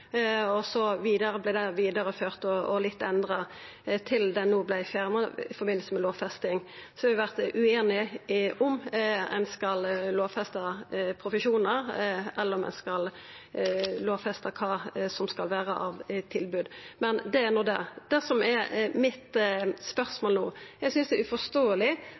og litt endra til dei no vart fjerna i samband med lovfesting. Så har vi vore ueinige om ein skal lovfesta profesjonar, eller om ein skal lovfesta kva som skal vera av tilbod. Det er nå det. Det som er spørsmålet mitt, er: Eg synest det er uforståeleg